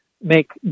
make